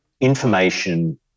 information